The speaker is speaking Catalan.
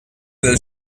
del